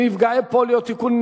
נפגעי פוליו (תיקון,